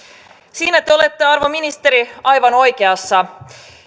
siinä te te olette arvon ministeri aivan oikeassa